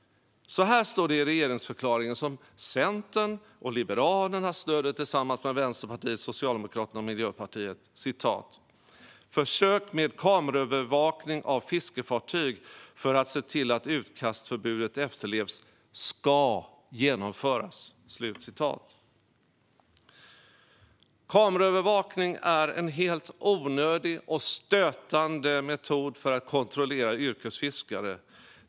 Så här står det i överenskommelsen som Centern och Liberalerna stöder tillsammans med Vänsterpartiet, Socialdemokraterna och Miljöpartiet: "Försök med kameraövervakning av fiskefartyg för att se till att utkastförbudet efterlevs ska genomföras." Kameraövervakning är en helt onödig och stötande metod för att kontrollera yrkesfiskare.